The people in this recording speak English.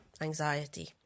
anxiety